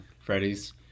Freddy's